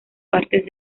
partes